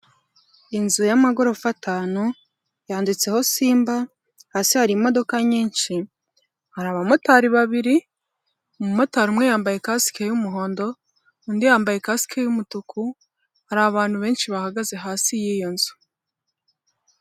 Inzu y'amagorofa 5 yanditseho simba hasi hari imodoka nyinshi hari abamotari babiri umumotari umwe yambaye kasike y'umuhondo undi yambaye kasike y'umutuku hari abantu benshi bahagaze hasi yiyo nzu.